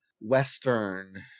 Western